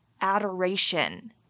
adoration